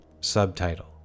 Subtitle